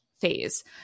phase